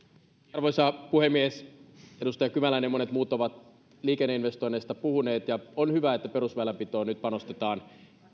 arvoisa puhemies edustaja kymäläinen ja monet muut ovat liikenneinvestoinneista puhuneet ja on hyvä että perusväylänpitoon nyt panostetaan